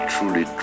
Truly